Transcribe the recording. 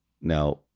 Now